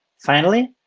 finally,